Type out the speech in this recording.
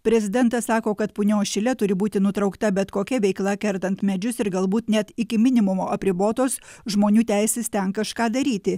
prezidentas sako kad punios šile turi būti nutraukta bet kokia veikla kertant medžius ir galbūt net iki minimumo apribotos žmonių teisės ten kažką daryti